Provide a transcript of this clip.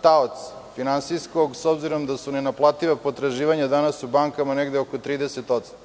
talac finansijskog, s obzirom da su nenaplativa potraživanja danas u bankama negde oko 30%